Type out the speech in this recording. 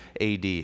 AD